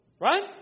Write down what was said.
Right